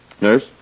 Nurse